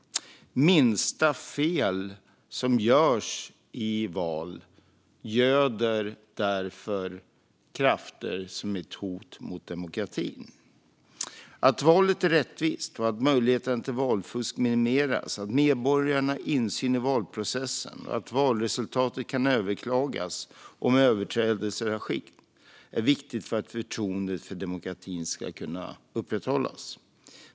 Minsta fel som görs i val göder därför krafter som är ett hot mot demokratin. Att valet är rättvist och att möjligheten till valfusk minimeras, att medborgarna har insyn i valprocessen och att valresultatet kan överklagas om överträdelser har skett är viktigt för att förtroendet för demokratin ska kunna upprätthållas.